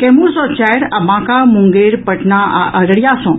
कैमूर सँ चारि आ बांका मुंगेर पटना आ अररिया सँ